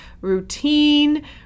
routine